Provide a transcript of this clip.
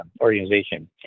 organization